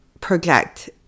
project